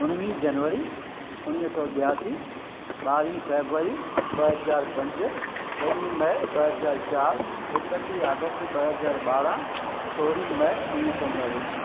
उणवीहीं जनवरी उणवीह सौ ॿियासी ॿावीं फेबवरी ॿ हज़ारु पंज ॾहीं मइ ॿ हज़ारु चारि एकटीह अगस्ट ॿ हज़ार ॿारहं सोरहीं मइ उणवीह सौ नवे